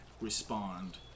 respond